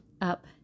up